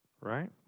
right